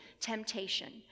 temptation